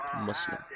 Muslim